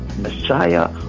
Messiah